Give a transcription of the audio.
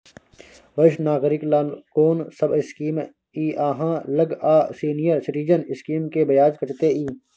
वरिष्ठ नागरिक ल कोन सब स्कीम इ आहाँ लग आ सीनियर सिटीजन स्कीम के ब्याज कत्ते इ?